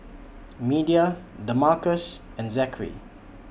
Media Damarcus and Zachery